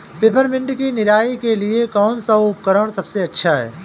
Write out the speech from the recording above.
Peppermint की निराई के लिए कौन सा उपकरण सबसे अच्छा है?